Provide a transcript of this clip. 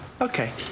Okay